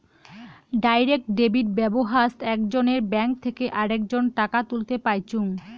direct debit ব্যাবস্থাত একজনের bank থেকে আরেকজন টাকা তুলতে পাইচুঙ